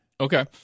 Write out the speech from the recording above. Okay